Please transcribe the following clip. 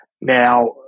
Now